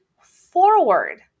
forward